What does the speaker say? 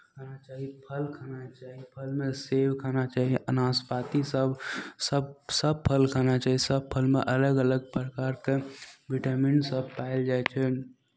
खाना चाही फल खाना चाही फलमे सेब खाना चाही आ नाशपातीसभ सभ सभ फल खाना चाही सभ फलमे अलग अलग प्रकारके विटामिनसभ पायल जाइ छै